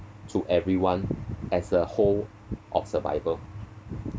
to everyone as a whole of survival